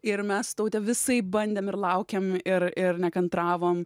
ir mes taute visaip bandėm ir laukėm ir ir nekantravom